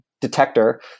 detector